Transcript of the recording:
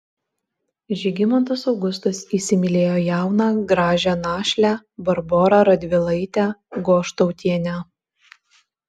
žygimantas augustas įsimylėjo jauną gražią našlę barborą radvilaitę goštautienę